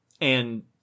and-